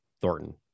Thornton